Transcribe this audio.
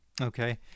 okay